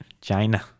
China